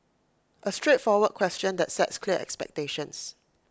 A straightforward question that sets clear expectations